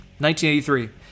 1983